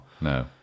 No